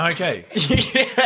Okay